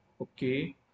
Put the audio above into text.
Okay